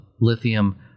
lithium